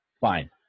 Fine